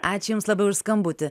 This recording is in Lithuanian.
ačiū jums labai už skambutį